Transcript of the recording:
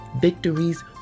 Victories